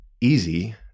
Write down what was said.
easy